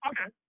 Okay